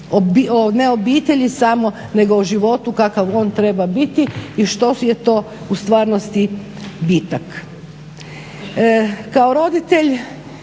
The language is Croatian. ne obitelji samo nego o životu kakav on treba biti i što je to u stvarnosti bitak.